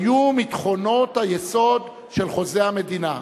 היו מתכונות היסוד של חוזה המדינה.